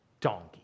donkey